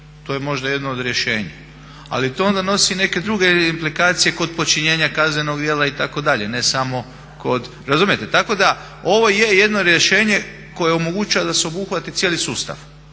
To je možda jedno od rješenja ali to onda nosi neke druge implikacije kod počinjenja kaznenog djela itd., ne samo kod. Razumijete, tako da, ovo je jedno rješenje koje omogućava da se obuhvati cijeli sustav.